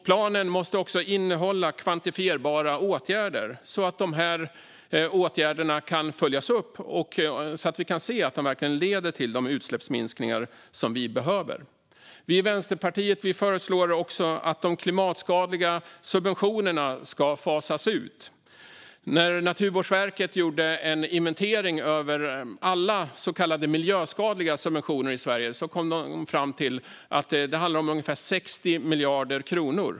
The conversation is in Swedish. Planen måste också innehålla kvantifierbara åtgärder så att åtgärderna kan följas upp och så att vi kan se att de verkligen leder till de utsläppsminskningar vi behöver. Vi i Vänsterpartiet föreslår också att de klimatskadliga subventionerna ska fasas ut. När Naturvårdsverket gjorde en inventering av alla så kallade miljöskadliga subventioner kom de fram till att det handlade om ungefär 60 miljarder kronor.